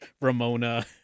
Ramona